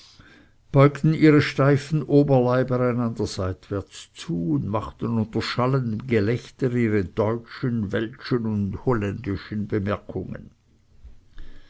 beugten ihre steifen oberleiber einander seitwärts zu und machten unter schallendem gelächter ihre deutschen weltschen und holländischen bemerkungen